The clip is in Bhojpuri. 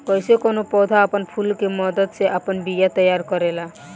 कइसे कौनो पौधा आपन फूल के मदद से आपन बिया तैयार करेला